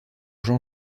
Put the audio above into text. jean